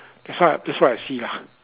that's what that's what I see lah